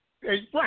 Right